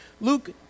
Luke